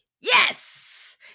yes